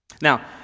Now